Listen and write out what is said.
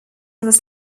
was